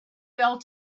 fell